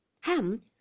Ham